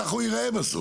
ככה הוא יראה בסוף.